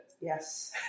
Yes